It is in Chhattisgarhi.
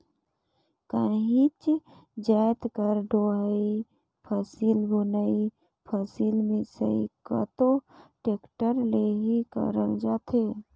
काहीच जाएत कर डोहई, फसिल बुनई, फसिल मिसई तको टेक्टर ले ही करल जाथे